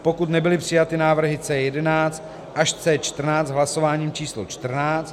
pokud nebyly přijaty návrhy C11 až C14 hlasováním č. čtrnáct